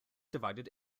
divided